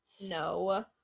No